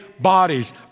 bodies